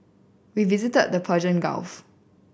we visited the Persian Gulf